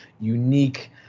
unique